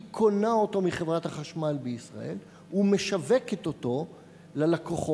היא קונה אותו מחברת החשמל בישראל ומשווקת אותו ללקוחות,